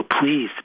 please